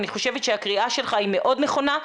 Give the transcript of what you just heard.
אני חושבת שהקריאה שלך היא מאוד נכונה.